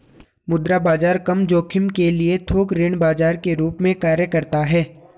मुद्रा बाजार कम जोखिम के लिए थोक ऋण बाजार के रूप में कार्य करता हैं